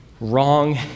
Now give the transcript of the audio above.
wrong